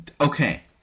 Okay